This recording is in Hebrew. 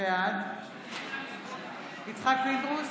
בעד יצחק פינדרוס,